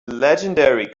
legendary